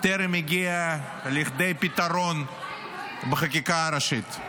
טרם הגיעה לכדי פתרון בחקיקה הראשית.